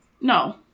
No